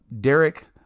Derek